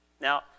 Now